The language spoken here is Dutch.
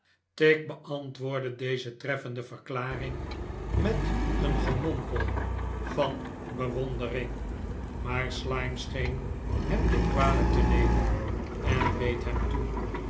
tigg beantwoordde deze treffende verklaring met een gemompel van bewondering maar slyme scheen hem dit kwalijk te nemen en beet hem toe